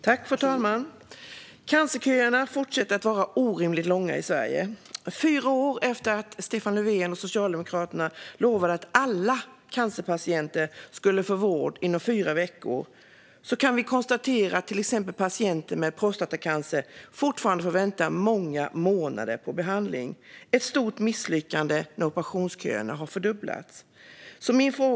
Fru talman! Cancerköerna i Sverige fortsätter att vara orimligt långa. Fyra år efter att Stefan Löfven och Socialdemokraterna lovade att alla cancerpatienter skulle få vård inom fyra veckor kan vi konstatera att till exempel patienter med prostatacancer fortfarande får vänta många månader på behandling. Att operationsköerna har fördubblats är ett stort misslyckande.